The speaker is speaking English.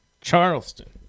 Charleston